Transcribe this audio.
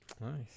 nice